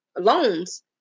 loans